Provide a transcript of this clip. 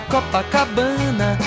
Copacabana